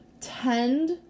tend